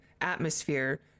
atmosphere